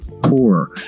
poor